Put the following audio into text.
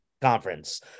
conference